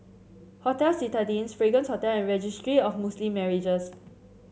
Hotel Citadines Fragrance Hotel and Registry of Muslim Marriages